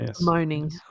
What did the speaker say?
Moaning